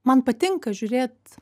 man patinka žiūrėt